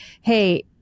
hey